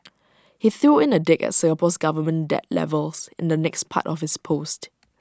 he threw in A dig at Singapore's government debt levels in the next part of his post